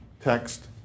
text